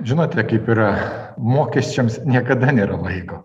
žinote kaip yra mokesčiams niekada nėra laiko